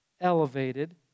elevated